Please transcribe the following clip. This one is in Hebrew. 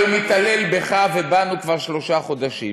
בגלל שהרי הוא מתעלל בך ובנו כבר שלושה חודשים.